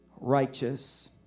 righteous